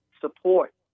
support